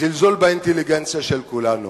זלזול באינטליגנציה של כולנו: